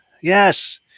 Yes